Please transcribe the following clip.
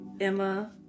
Emma